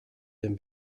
den